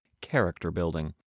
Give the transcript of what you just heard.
character-building